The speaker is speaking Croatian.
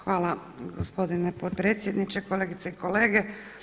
Hvala gospodine potpredsjedniče, kolegice i kolege.